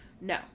no